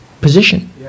position